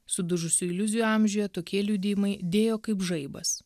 sudužusių iliuzijų amžiuje tokie liudijimai dėjo kaip žaibas